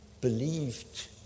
believed